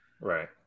Right